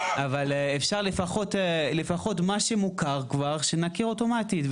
אבל אפשר לפחות מה שמוכר כבר, שנכיר אוטומטית.